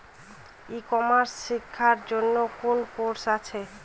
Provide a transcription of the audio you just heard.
ই commerce শেক্ষার জন্য কোন কোর্স আছে?